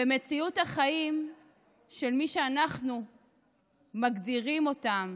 ומציאות החיים של מי שאנחנו מגדירים אותם